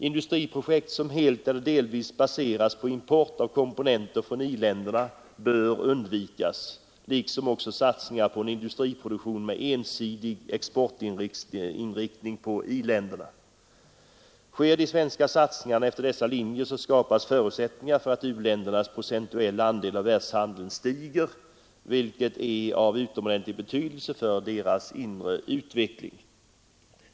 Industriprojekt som helt eller delvis baseras på import av komponenter från i-länderna bör undvikas liksom också satsningar på en industriproduktion med ensidig exportinriktning på i-länderna. Sker de svenska satsningarna efter dessa linjer skapas förutsättningar för att u-ländernas procentuella andel av världshandeln stiger, vilket är av utomordentlig betydelse för deras inre utveckling.